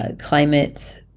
climate